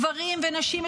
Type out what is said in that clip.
גברים ונשים,